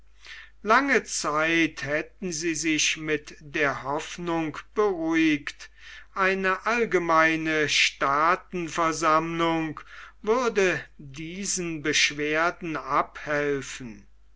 lange zeit hätten sie sich mit der hoffnung beruhigt eine allgemeine staatenversammlung würde diesen beschwerden abhelfen